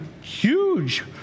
huge